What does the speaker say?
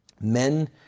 men